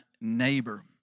Neighbor